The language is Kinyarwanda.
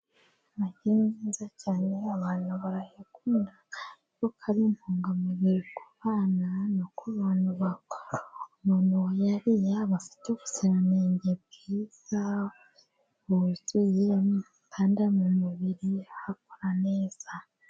Amagi ni meza cyane abantu barayakunda kuko ari intungamubiri ku bana no ku bantu bakuru. Umuntu wayariye aba afite ubuziranenge bwiza, bwuzuye kandi mu mubiri hakora neza.